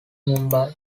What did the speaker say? mumbai